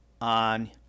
on